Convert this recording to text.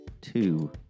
two